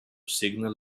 signal